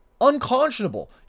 unconscionable